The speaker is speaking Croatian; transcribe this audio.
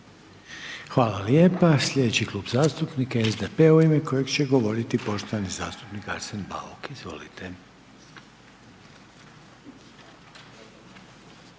Hvala lijepo. Sljedeći Klub zastupnika je SDP-a u ime kojeg će govoriti poštovani zastupnik Arsen Bauk, izvolite.